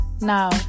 Now